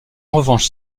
revanche